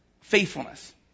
faithfulness